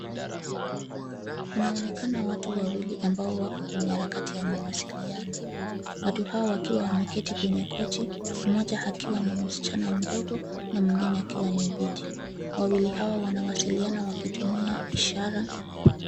Kunaonekana watu wawili ambao wako kwenye harakati ya mawasiliano. Watu hao wakiwa wameketi kwenye kochi, mmoja akiwa ni msichana mdogo, na mwingine akiwa ni bidii. Wawili hawa wanawasiliana wakitumia ishara.